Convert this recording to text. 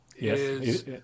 Yes